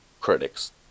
critics